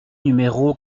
numéro